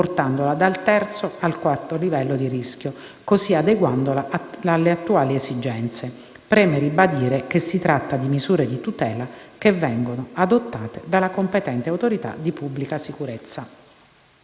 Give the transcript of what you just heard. portandola dal terzo al quarto livello di rischio, così adeguandola alle attuali esigenze. Preme ribadire che si tratta di misure di tutela che vengono adottate dalla competente autorità di pubblica sicurezza.